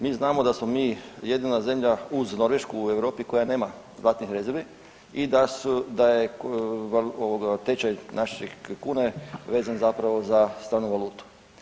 Mi znamo da smo mi jedina zemlja uz Norvešku u Europi koja nema zlatnih rezervi i da su, da je ovoga tečaj naše kune vezan zapravo za stranu valutu.